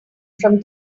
from